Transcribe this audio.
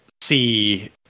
see